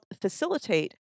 facilitate